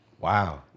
Wow